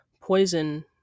poison